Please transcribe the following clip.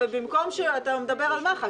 אתה מדבר על מח"ש,